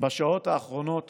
בשעות האחרונות